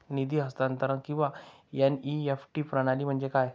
निधी हस्तांतरण किंवा एन.ई.एफ.टी प्रणाली म्हणजे काय?